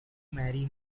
marry